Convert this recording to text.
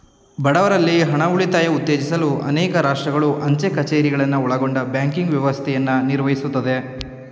ಬಡವ್ರಲ್ಲಿ ಹಣ ಉಳಿತಾಯ ಉತ್ತೇಜಿಸಲು ಅನೇಕ ರಾಷ್ಟ್ರಗಳು ಅಂಚೆ ಕಛೇರಿಗಳನ್ನ ಒಳಗೊಂಡ ಬ್ಯಾಂಕಿಂಗ್ ವ್ಯವಸ್ಥೆಯನ್ನ ನಿರ್ವಹಿಸುತ್ತೆ